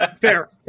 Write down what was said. fair